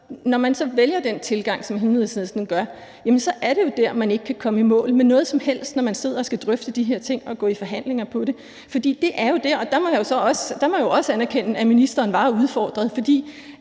når man så vælger den tilgang, som Enhedslisten gør, så er det, at man ikke kan komme i mål med noget som helst, når man sidder og skal drøfte de her ting og gå i forhandlinger om det. Der må jeg også anerkende, at ministeren var udfordret,